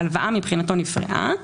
ההלוואה מבחינתו נפרעה.